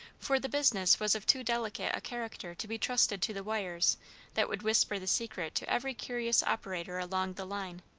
for the business was of too delicate a character to be trusted to the wires that would whisper the secret to every curious operator along the line.